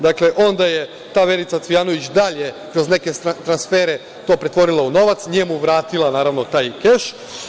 Dakle, onda je ta Verica Cvijanović dalje kroz neke transfere to pretvorila u novac, njemu vratila naravno taj keš.